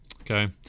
Okay